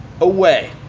away